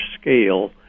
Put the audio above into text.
scale